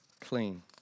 Clean